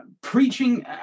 Preaching